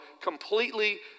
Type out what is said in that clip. completely